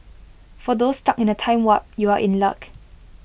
for those stuck in A time warp you are in luck